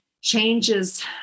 changes